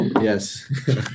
Yes